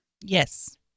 Yes